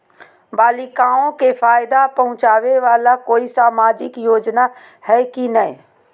बालिकाओं के फ़ायदा पहुँचाबे वाला कोई सामाजिक योजना हइ की नय?